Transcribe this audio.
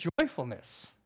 joyfulness